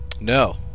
No